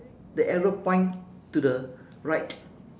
the arrow point to the right